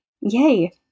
yay